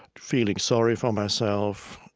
feeling sorry for myself.